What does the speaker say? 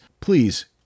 Please